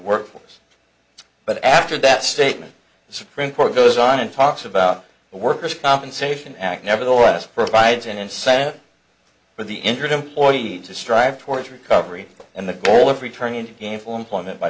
workforce but after that statement the supreme court goes on and talks about the worker's compensation act nevertheless provides an incentive for the injured employees to strive towards recovery and the goal of returning to gainful employment by